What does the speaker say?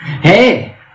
Hey